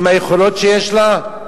עם היכולות שיש לה,